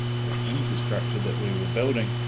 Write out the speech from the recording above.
well, infrastructure that we were building.